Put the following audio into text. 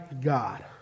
God